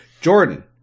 Jordan